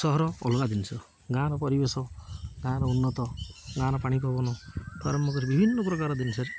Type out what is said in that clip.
ସହର ଅଲଗା ଜିନିଷ ଗାଁର ପରିବେଶ ଗାଁର ଉନ୍ନତ ଗାଁର ପାଣି ପବନ ପର୍ବପର୍ବାଣୀ ବିଭିନ୍ନ ପ୍ରକାର ଜିନିଷରେ